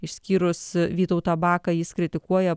išskyrus vytautą baką jis kritikuoja